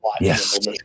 Yes